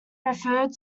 referred